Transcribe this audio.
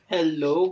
Hello